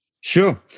Sure